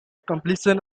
completion